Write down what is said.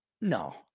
No